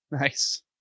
Nice